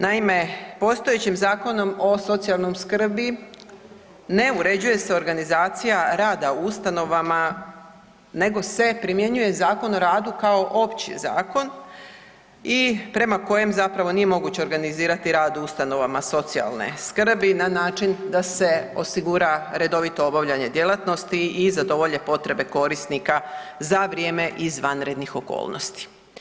Naime, postojećim Zakonom o socijalnoj skrbi ne uređuje se organizacija rada u ustanovama nego se primjenjuje Zakon o radu kao opći zakon i prema kojem zapravo nije moguće organizirati rad u ustanovama socijalne skrbi na način da se osigura redovito obavljanje djelatnosti i zadovolje potrebe korisnika za vrijeme izvanrednih okolnosti.